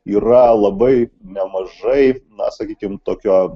yra labai nemažai na sakykim tokio